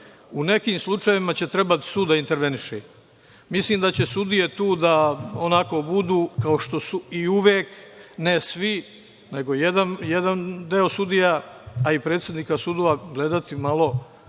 U nekim slučajevima će trebati sud da interveniše. Mislim da će sudije tu da budu, kao što su i uvek, ne svi, nego jedan deo sudija, a i predsednika sudova gledati malo